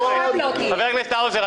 חבר הכנסת האוזר,